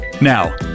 Now